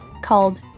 called